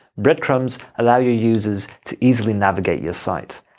breadcrumbs allow your users to easily navigate your site,